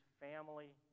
family